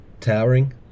Towering